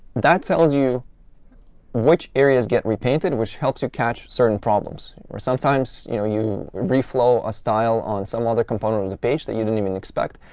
that tells you which areas get repainted, which helps you catch certain problems. or sometimes, you know you re-flow a style on some other component of the page that you didn't even expect,